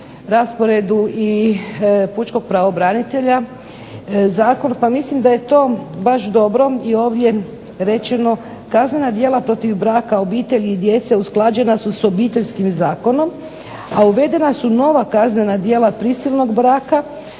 rasporedu i pučkog pravobranitelja, zakon pa mislim da je to baš dobro i ovdje rečeno. Kaznena djela protiv braka, obitelji i djece usklađena su sa Obiteljskim zakonom, a uvedena su nova kaznena djela prisilnog braka,